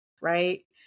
right